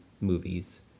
movies